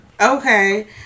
Okay